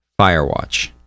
Firewatch